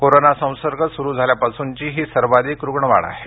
corona संसर्ग सुरू झाल्यापासूनची ही सर्वाधिक रुग्णवाढ आहे